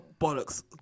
Bollocks